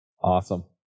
Awesome